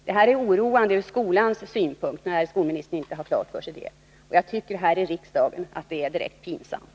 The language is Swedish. Det är oroande ur skolans synpunkt att skolministern inte har detta klart för sig, och jag tycker här i riksdagen att det är direkt pinsamt.